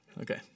Okay